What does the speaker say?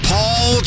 Paul